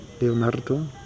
Leonardo